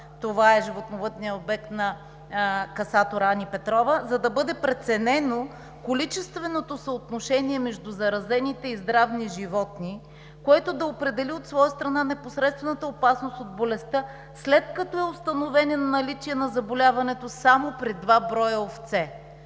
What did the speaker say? това е животновъдният обект на касатора Ани Петрова – за да бъде преценено количественото съотношение между заразените и здрави животни, което да определи от своя страна непосредствената опасност от болестта, след като е установено наличие на заболяването само при два броя овце.“